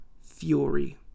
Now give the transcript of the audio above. fury